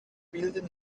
bilden